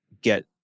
get